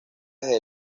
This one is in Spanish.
desde